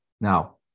Now